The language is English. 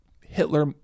Hitler